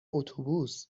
اتوبوس